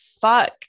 fuck